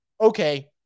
okay